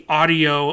audio